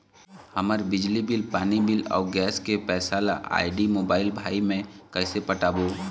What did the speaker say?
हमर बिजली बिल, पानी बिल, अऊ गैस के पैसा ला आईडी, मोबाइल, भाई मे कइसे पटाबो?